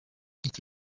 iki